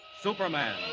Superman